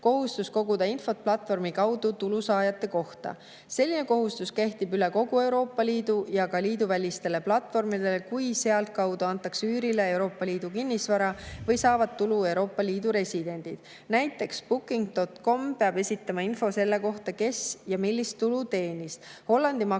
kohustus koguda infot platvormi kaudu tulu saajate kohta. Selline kohustus kehtib üle kogu Euroopa Liidu, ka liiduvälistele platvormidele, kui sealtkaudu antakse üürile Euroopa Liidu kinnisvara või saavad tulu Euroopa Liidu residendid. Näiteks booking.com peab esitama info selle kohta, kes ja millist tulu teenis,